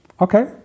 Okay